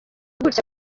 gutya